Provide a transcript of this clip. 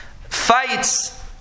fights